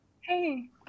Hey